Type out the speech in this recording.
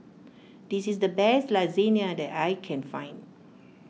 this is the best Lasagna that I can find